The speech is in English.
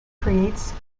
creates